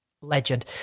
legend